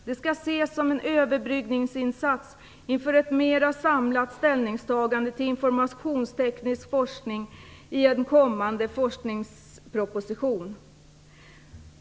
Det skall ses som en överbryggningsinsats inför ett mer samlat ställningstagande till informationsteknisk forskning i en kommande forskningsproposition.